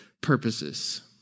purposes